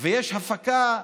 יש הפקה,